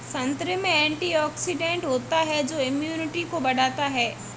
संतरे में एंटीऑक्सीडेंट होता है जो इम्यूनिटी को बढ़ाता है